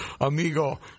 amigo